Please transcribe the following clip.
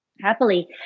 Happily